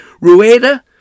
Rueda